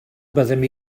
byddem